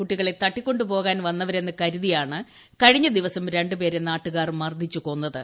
കുട്ടികളെ തട്ടിക്കൊണ്ടു പോകാൻ വന്നവരെന്ന് ക്രു്തിയാണ് കഴിഞ്ഞ ദിവസം രണ്ടു പേരെ നാട്ടുകാർ മർദ്ദിച്ച് കൊന്നത്